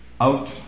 out